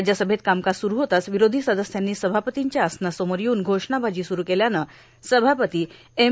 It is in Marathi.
राज्यसभेत कामकाज सुरू होताच विरोधी सदस्यांनी सभापतींच्या आसनासमोर येऊन घोषणाबाजी सूरू केल्यानं सभापती एम